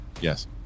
Yes